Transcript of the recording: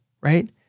Right